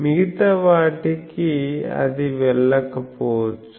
మిగతావాటికి అది వెళ్ళకపోవచ్చు